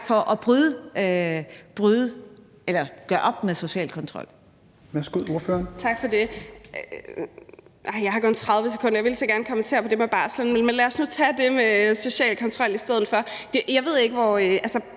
for at gøre op med social kontrol?